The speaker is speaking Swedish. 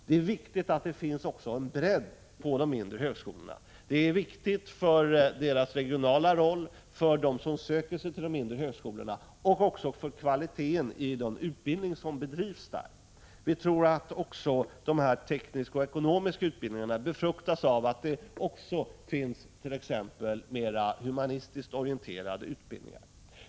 Det är viktigt att det också finns en bredd inom de mindre högskolorna. Det är viktigt för deras regionala roll och för dem som söker sig till de mindre högskolorna samt också för kvaliteten på den utbildning som bedrivs där. Vi tror att även de tekniska och ekonomiska utbildningarna befrämjas av att det finns t.ex. mera humanistiskt orienterade utbildningar.